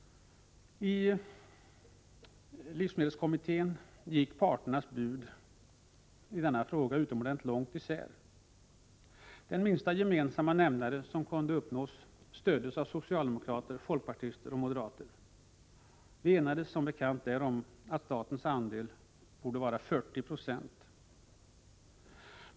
I livsmedelskommittén gick parternas bud i denna fråga utomordentligt långt isär. Den minsta gemensamma nämnare som kunde uppnås stöddes av socialdemokrater, folkpartister och moderater. Vi enades som bekant om att statens andel skulle vara 40 936.